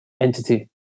entity